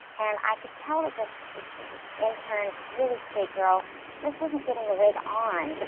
and i could tell that this intern, really sweet girl, she just wasn't getting the wig on.